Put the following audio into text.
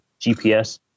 GPS